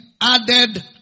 added